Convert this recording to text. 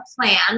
plan